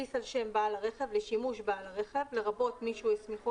כרטיס על שם בעל הרכב לשימוש בעל הרכב לרבות מי שהוא הסמיכו